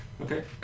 Okay